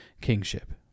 kingship